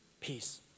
Peace